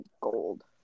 gold